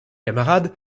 camarades